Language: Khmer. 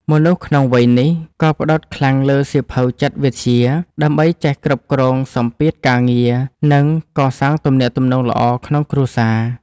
មនុស្សក្នុងវ័យនេះ ក៏ផ្ដោតខ្លាំងលើសៀវភៅចិត្តវិទ្យា ដើម្បីចេះគ្រប់គ្រងសម្ពាធការងារ និងកសាងទំនាក់ទំនងល្អក្នុងគ្រួសារ។